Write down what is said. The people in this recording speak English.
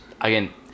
again